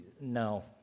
no